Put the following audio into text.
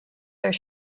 are